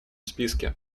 списке